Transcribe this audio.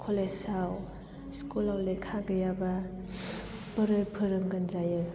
college आव school आव लेखा गैयाब्ला बोरै फोरोंगोन जायो